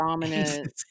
dominant